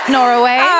Norway